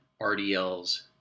RDLs